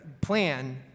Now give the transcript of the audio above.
plan